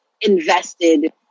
invested